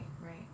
Right